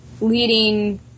leading